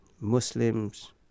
muslims